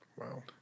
Wow